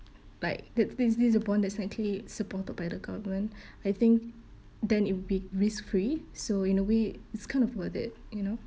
like th~ this this a bond that's actually supported by the government I think then it'll be risk free so in a way it's kind of worth it you know